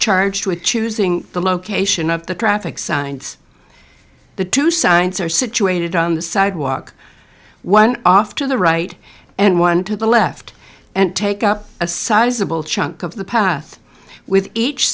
charged with choosing the location of the traffic signs the two signs are situated on the sidewalk one off to the right and one to the left and take up a sizable chunk of the path with each